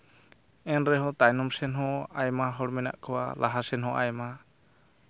ᱮᱱ ᱨᱮᱦᱚᱸ ᱛᱟᱭᱱᱚᱢ ᱥᱮᱱ ᱦᱚᱸ ᱟᱭᱢᱟ ᱦᱚᱲ ᱢᱮᱱᱟᱜ ᱠᱚᱣᱟ ᱞᱟᱦᱟ ᱥᱮᱱ ᱦᱚᱸ ᱟᱭᱢᱟ